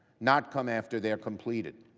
not come after their completed